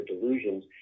delusions